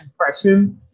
impression